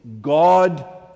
God